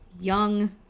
young